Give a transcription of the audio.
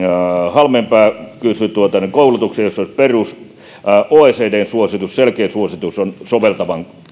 halmeenpää kysyi koulutuksesta oecdn suositus selkeä suositus on soveltavan